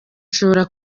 ushobora